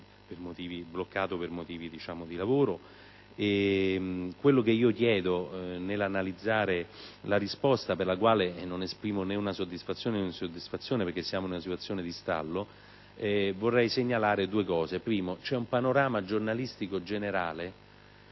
un collega bloccato per motivi di lavoro. Nell'analizzare la risposta, per la quale non esprimo né soddisfazione né insoddisfazione, perché siamo in una situazione di stallo, vorrei segnalare due cose. In primo luogo, che c'è un panorama giornalistico generale